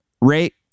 rate